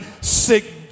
sick